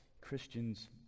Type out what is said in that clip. Christians